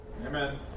Amen